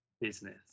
business